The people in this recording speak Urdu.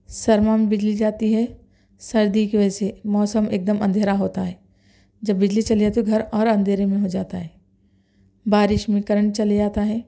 سرما میں بجلی جاتی ہے سردی کی وجہ سے موسم ایک دم اندھیرا ہوتا ہے جب بجلی چلی جاتی ہے تو گھر اور اندھیرے میں ہو جاتا ہے بارش میں کرنٹ چلے آتا ہے